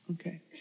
Okay